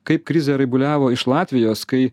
kaip krizę raibuliavo iš latvijos kai